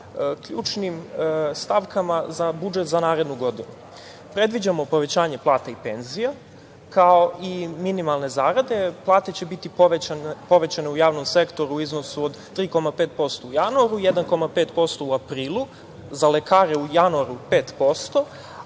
ključnim stavkama za budžet za narednu godinu. Predviđamo povećanje plata i penzija, kao i minimalne zarade. Plate će biti povećane u javnom sektoru u iznosu od 3,5% u januaru, 1,5% u aprilu, za lekare u januaru 5%,